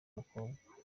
mukambwe